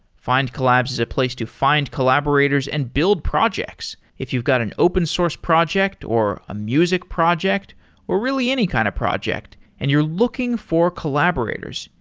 findcollabs is a place to find collaborators and build projects. if you've got an open source project or a music project or really any kind of project and you're looking for collaborators.